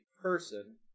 person